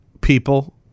people